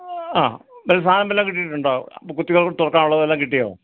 ആ വല്ല സാധനം വല്ലതും കിട്ടീട്ടുണ്ടോ കുത്തി തുറക്കാനുള്ളത് വല്ലതും കിട്ടിയോ